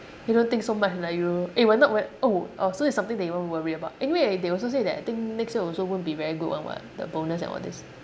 you don't think so much lah you eh we're not we're oh orh so it's something that you won't worry about anyway they also say that I think next year also won't be very good [one] [what] the bonus and all this